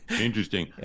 Interesting